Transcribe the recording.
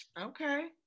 okay